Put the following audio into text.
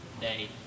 day